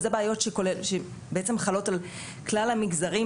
וזה בעיות שבעצם חלות על כלל המגזרים,